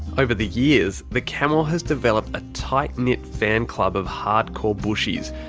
over the years the camel has developed a tight knit fan club of hard core bushies.